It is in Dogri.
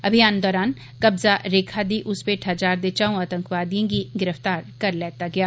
अभियान दौरान कब्जा रेखा दी उस भेठा जा'रदे च'ऊं आतंकवादियें गी गिरफ्तार करी लैता गेआ